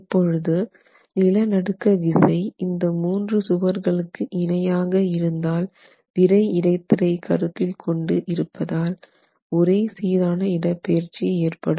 இப்பொழுது நிலநடுக்க விசை இந்த மூன்று சுவர்களுக்கு இணையாக இருந்தால் விறை இடைத்திரை கருத்தில் கொண்டு இருப்பதால் ஒரே சீரான இடப்பெயர்ச்சி ஏற்படும்